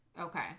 okay